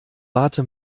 warte